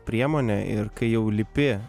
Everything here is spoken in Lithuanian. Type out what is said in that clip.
priemonė ir kai jau lipi